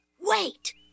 wait